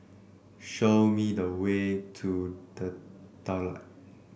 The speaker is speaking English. show me the way to The Daulat